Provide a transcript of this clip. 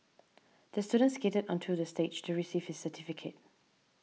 the student skated onto the stage to receive his certificate